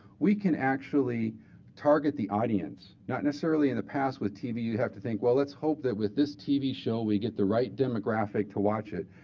we can actually target the audience. not necessarily in the past, with tv, you'd have to think, well, let's hope that with this tv show we get the right demographic to watch it.